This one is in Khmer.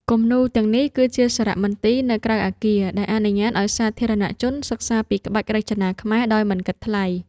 គំនូរទាំងនេះគឺជាសារៈមន្ទីរនៅក្រៅអគារ ដែលអនុញ្ញាតឱ្យសាធារណជនសិក្សាពីក្បាច់រចនាខ្មែរដោយមិនគិតថ្លៃ។